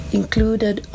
included